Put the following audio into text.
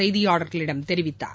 செய்தியாளர்களிடம் தெரிவித்தார்